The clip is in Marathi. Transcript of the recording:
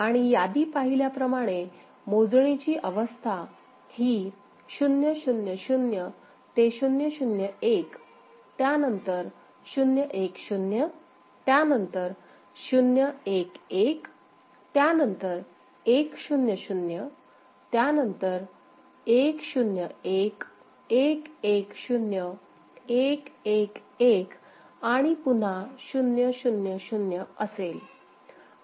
आणि यादी पाहिल्याप्रमाणे मोजणीची अवस्था ही 0 0 0 ते 0 0 1 त्यानंतर 0 1 0 त्यानंतर 0 1 1 त्यानंतर 1 0 0 त्यानंतर 1 0 1 1 1 0 1 1 1 आणि पुन्हा 0 0 0 असेल